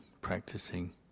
practicing